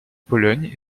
pologne